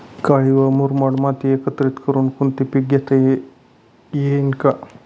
काळी व मुरमाड माती एकत्रित करुन कोणते पीक घेता येईल का?